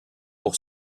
pour